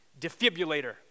defibrillator